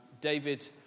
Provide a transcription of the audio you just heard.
david